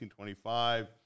1925